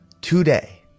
today